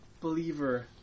believer